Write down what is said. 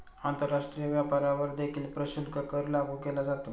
आंतरराष्ट्रीय व्यापारावर देखील प्रशुल्क कर लागू केला जातो